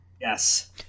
Yes